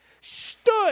stood